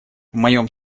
моем